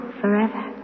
forever